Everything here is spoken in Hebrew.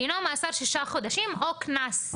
דינו מאסר שישה חודשים או קנס.